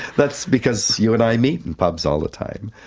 that's because you and i meet in pubs all the time.